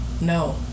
no